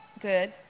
Good